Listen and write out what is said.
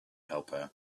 helper